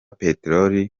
peteroli